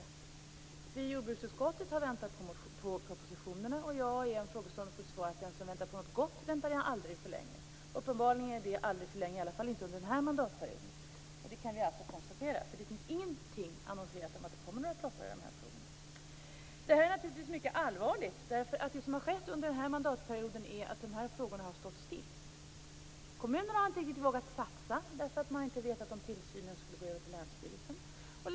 Vi i jordbruksutskottet har väntat på propositionerna, och jag har i en frågestund fått svaret att den som väntar på något gott väntar aldrig för länge. Uppenbarligen är detta aldrig för länge åtminstone inte under den här mandatperioden. Det kan vi konstatera. Det finns ingenting annonserat om att det kommer några propositioner i de här frågorna. Detta är naturligtvis mycket allvarligt. Det som har skett under den här mandatperioden är att de här frågorna har stått stilla. Kommunerna har inte riktigt vågat satsa eftersom man inte vetat om tillsynen skulle gå över till länsstyrelsen.